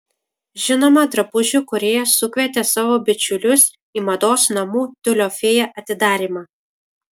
žinoma drabužių kūrėja sukvietė savo bičiulius į mados namų tiulio fėja atidarymą